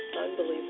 Unbelievable